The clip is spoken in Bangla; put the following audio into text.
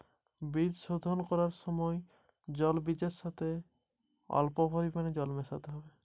বীজ শোধন করার সময় জল বীজের সাথে কতো জল মেশাতে হবে?